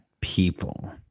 people